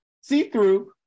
see-through